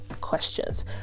questions